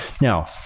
Now